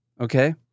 Okay